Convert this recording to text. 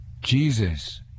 Jesus